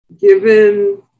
given